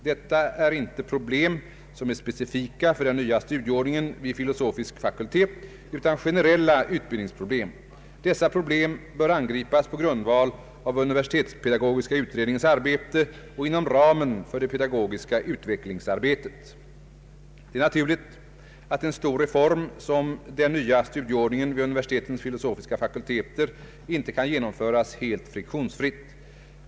Detta är inte problem som är specifika för den nya studieordningen vid filosofisk fakultet, utan generella utbildningsproblem. Dessa problem bör angripas på grundval av universitetspedagogiska ut redningens arbete och inom ramen för det pedagogiska utvecklingsarbetet. Det är naturligt att en stor reform som den nya studieordningen vid universitetens filosofiska fakulteter inte kan genomföras helt friktionsfritt.